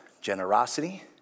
generosity